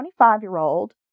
25-year-old